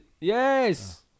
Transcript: Yes